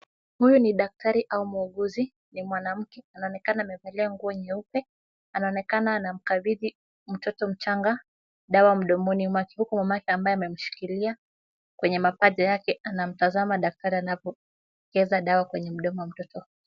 Huyu ni daktari au muuguzi, ni mwanamke anaonekana amevalia nguo nyeupe. Anaonekana anamkabidhi mtoto mchanga dawa mdomoni mwake huku mama yake ambaye amemshikilia kwenye mapaja yake.,anamtazama daktari anapojaza dawa kwenye mdomo wa mtoto.